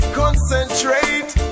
concentrate